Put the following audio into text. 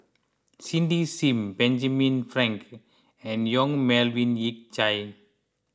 Cindy Sim Benjamin Frank and Yong Melvin Yik Chye